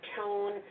tone